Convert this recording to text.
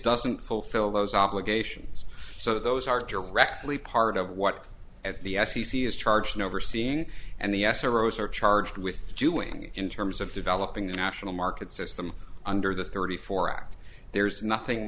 doesn't fulfill those obligations so those are directly part of what at the f c c is charged overseeing and the asteroids are charged with doing in terms of developing a national market system under the thirty four act there's nothing